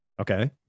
Okay